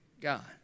God